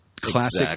classic